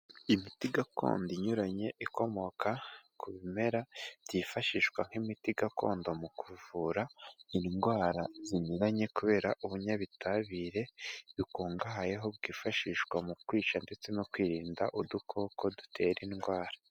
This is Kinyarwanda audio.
Imiti gakondo inyuranye ikomoka ku bimera byifashishwa nk'imiti gakondo mu kuvura indwara zinyuranye kubera ubunyabutabire bikungahayeho bwifashishwa mu kwica ndetse no kwirinda udukoko dutera indwara.